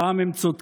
הפעם הם צודקים,